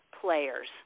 players